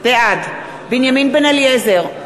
בעד בנימין בן-אליעזר,